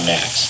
Max